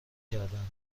کردهاند